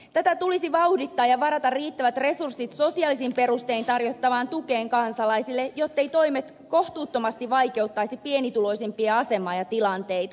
tätä tulisi vauhdittaa ja varata riittävät resurssit sosiaalisin perustein tarjottavaan tukeen kansalaisille jotteivät toimet kohtuuttomasti vaikeuttaisi pienituloisimpien asemaa ja tilanteita